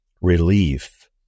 relief